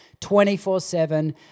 24-7